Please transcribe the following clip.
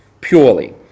purely